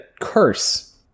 curse